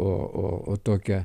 o o o tokia